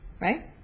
right